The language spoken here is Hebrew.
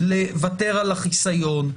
לוותר על החיסיון,